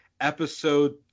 episode